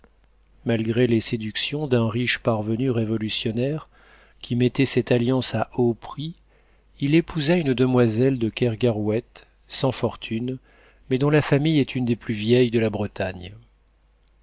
malgré les séductions d'un riche parvenu révolutionnaire qui mettait cette alliance à haut prix il épousa une demoiselle de kergarouët sans fortune mais dont la famille est une des plus vieilles de la bretagne